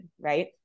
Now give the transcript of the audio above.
right